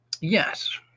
Yes